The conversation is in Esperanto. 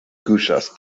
kuŝas